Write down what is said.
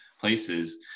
places